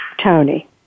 Tony